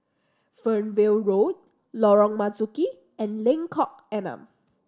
Fernvale Road Lorong Marzuki and Lengkok Enam